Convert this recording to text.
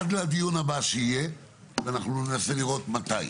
עד לדיון הבא שיהיה, ואנחנו ננסה לראות מתי,